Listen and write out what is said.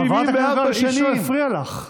חברת הכנסת, איש לא הפריע לך.